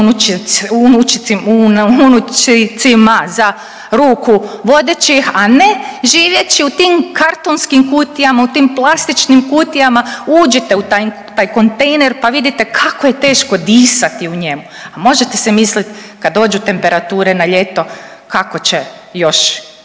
unučićima za ruku vodećih, a ne živeći u tim kartonskim kutijama, u tim plastičnim kutijama, uđite u taj kontejner pa vidite kako je teško disati u njemu, a možete si mislit kad dođu temperature na ljeto kako će još